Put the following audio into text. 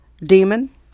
demon